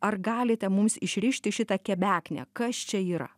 ar galite mums išrišti šitą kebeknę kas čia yra